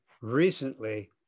recently